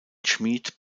schmied